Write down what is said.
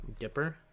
Gipper